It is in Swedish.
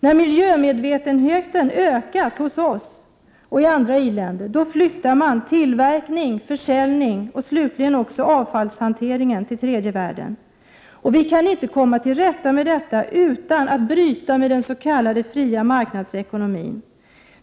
När miljömedvetenheten ökar hos oss och i andra i-länder, flyttar man tillverkning, försäljning och slutligen också avfallshantering till tredje världen. Vi kan inte komma till rätta med detta utan att bryta med den s.k. fria marknadsekonomin.